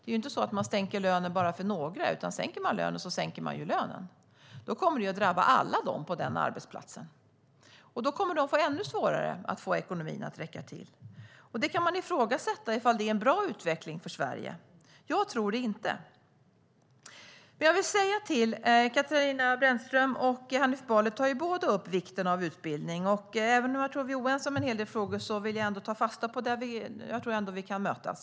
Det är ju det som händer - man sänker inte lönen bara för några, utan sänker man lönen sänker man lönen för alla. Då kommer de att få ännu svårare att få ekonomin att räcka till. Man kan ifrågasätta ifall det är en bra utveckling för Sverige. Jag tror inte det. Katarina Brännström och Hanif Bali tar båda upp vikten av utbildning. Även om jag tror att vi är oense i en hel del frågor vill jag ta fasta på dem där jag tror att vi kan mötas.